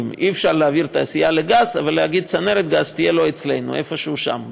אני צריך ללכת למקווה עכשיו אחרי שעשיתי את הבלבול הזה.